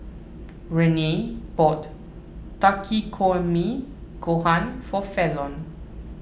Renae bought Takikomi Gohan for Fallon